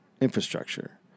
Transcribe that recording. infrastructure